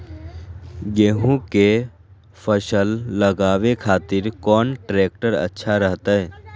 गेहूं के फसल लगावे खातिर कौन ट्रेक्टर अच्छा रहतय?